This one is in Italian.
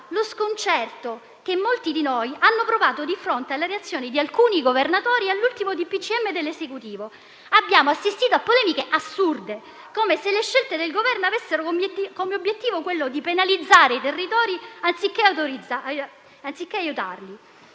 lo sconcerto che molti di noi hanno provato di fronte alle reazioni di alcuni governatori all'ultimo DPCM dell'Esecutivo: abbiamo assistito a polemiche assurde, come se le scelte del Governo avessero come obiettivo penalizzare i territori anziché aiutarli.